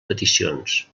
peticions